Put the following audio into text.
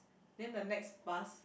then the next bus